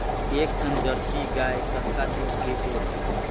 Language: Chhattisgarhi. एक ठन जरसी गाय कतका दूध देहेल?